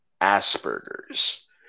Asperger's